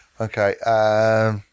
Okay